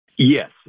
Yes